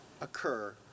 occur